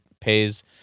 pays